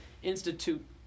institute